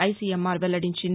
ICMR వెల్లడించింది